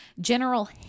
General